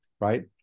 right